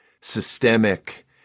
systemic